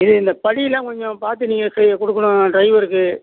இது இந்த படியெலாம் கொஞ்சம் பார்த்து நீங்கள் சே கொடுக்கணும் ட்ரைவருக்கு